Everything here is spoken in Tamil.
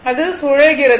அது சுழல்கிறது